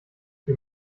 wir